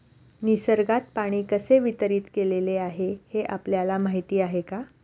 निसर्गात पाणी कसे वितरीत केलेले आहे हे आपल्याला माहिती आहे का?